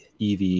EV